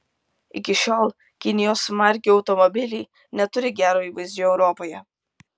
iki šiol kinijos markių automobiliai neturi gero įvaizdžio europoje